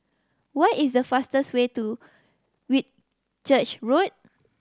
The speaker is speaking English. what is the fastest way to Whitchurch Road